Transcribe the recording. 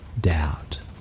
doubt